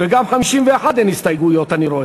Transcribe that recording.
אם כן, רבותי, ההסתייגות לא נתקבלה.